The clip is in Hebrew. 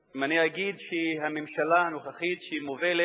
אם אני אגיד שהממשלה הנוכחית, שמובלת